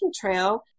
trail